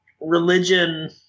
religion